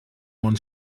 món